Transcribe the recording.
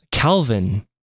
Calvin